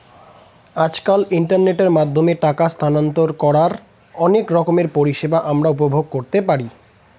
আজকাল ইন্টারনেটের মাধ্যমে টাকা স্থানান্তর করার অনেক রকমের পরিষেবা আমরা উপভোগ করতে পারি